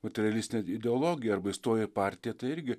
materialistinę ideologiją arba įstoja į partiją tai irgi